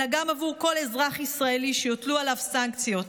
אלא גם עבור כל אזרח ישראלי שיוטלו עליו סנקציות.